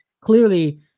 clearly